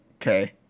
Okay